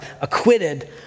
acquitted